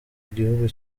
gihugu